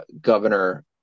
Governor